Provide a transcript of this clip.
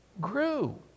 grew